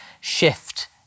shift